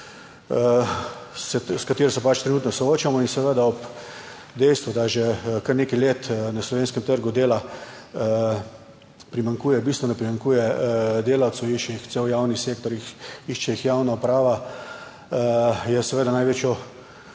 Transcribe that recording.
s katero se pač trenutno soočamo in seveda ob dejstvu, da že kar nekaj let na slovenskem trgu dela primanjkuje, bistveno primanjkuje delavcev, išče jih cel javni sektor, išče jih javna uprava, je seveda največjo